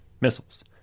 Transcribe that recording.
missiles